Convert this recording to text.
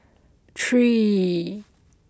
three